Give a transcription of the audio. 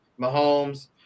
mahomes